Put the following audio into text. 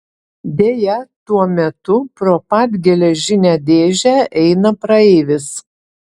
deja tuo metu pro pat geležinę dėžę eina praeivis